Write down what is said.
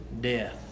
death